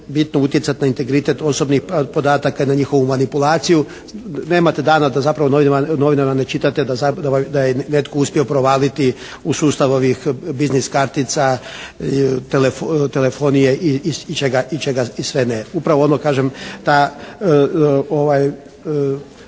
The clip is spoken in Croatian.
bitno utjecati na integrirat osobnih podataka i na njihovu manipulaciju. Nemate dana da zapravo u novinama ne čitate da je netko uspio provaliti u sustav ovih biznis kartica, telefonije i čega sve ne. Upravo odmah da kažem da